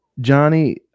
Johnny